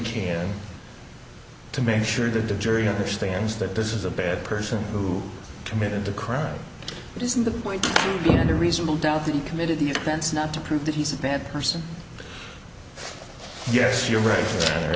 can to make sure that the jury understands that this is a bad person who committed the crime but isn't the point can the reasonable doubt that he committed the offense not to prove that he's a bad person yes you're right there